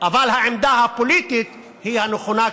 אבל העמדה הפוליטית היא הנכונה כאן.